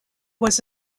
was